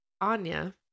anya